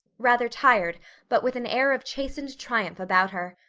rather tired but with an air of chastened triumph about her.